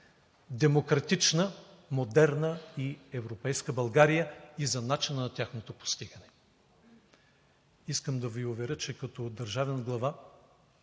демократична, модерна и европейска България и за начина на тяхното постигане. Искам да Ви уверя, че като държавен глава